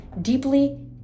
deeply